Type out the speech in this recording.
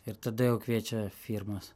ir tada jau kviečia firmas